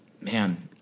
Man